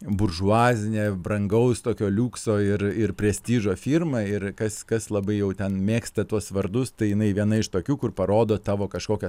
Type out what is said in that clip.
buržuazinė brangaus tokio liukso ir ir prestižo firma ir kas kas labai jau ten mėgsta tuos vardus tai jinai viena iš tokių kur parodo tavo kažkokią